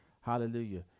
Hallelujah